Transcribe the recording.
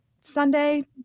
Sunday